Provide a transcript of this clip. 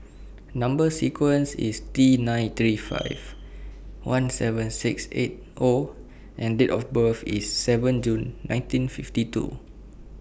Number sequence IS T nine three five one seven six eight O and Date of birth IS seven June nineteen fifty two